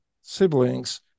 siblings